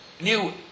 new